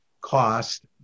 cost